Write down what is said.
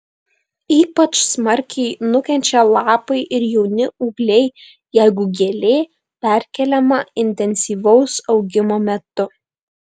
ypač smarkiai nukenčia lapai ir jauni ūgliai jeigu gėlė perkeliama intensyvaus augimo metu